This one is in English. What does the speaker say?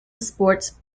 sports